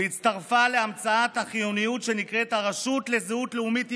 והצטרפה להמצאת החיוניות שנקראת: הרשות לזהות לאומית יהודית.